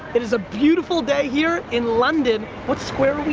it is a beautiful day here in london. what square are we